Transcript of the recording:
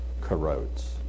corrodes